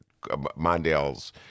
Mondale's